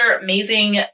amazing